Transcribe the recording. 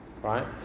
right